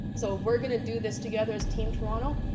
so we're going to do this together as team toronto,